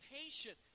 patient